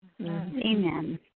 Amen